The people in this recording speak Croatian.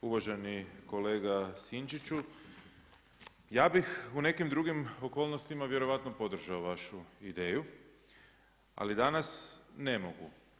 Uvaženi kolega Sinčiću, ja bih u nekim drugim okolnostima vjerojatno podržao vašu ideju ali danas ne mogu.